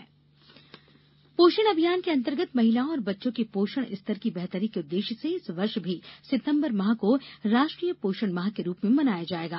पोषण माह पोषण अभियान के अंतर्गत महिलाओं और बच्चों के पोषण स्तर की बेहतरी के उद्देश्य से इस वर्ष भी सितंबर माह को राष्ट्रीय पोषण माह के रूप में मनाया जायेगा